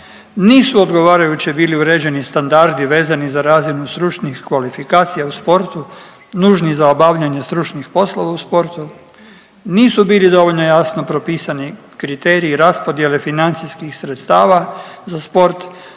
nisu odgovarajuće bili uređeni standardi vezani za razinu stručnih kvalifikacija u sportu nužni za obavljanje stručnih poslova u sportu, nisu bili dovoljno jasno propisani kriteriji raspodjele financijskih sredstava za sport,